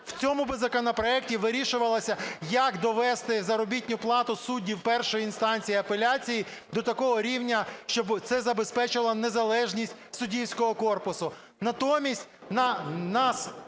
в цьому б законопроекті вирішувалося, як довести заробітну плату суддів першої інстанції, апеляції до такого рівня, щоб це забезпечувало незалежність суддівського корпусу. Натомість нас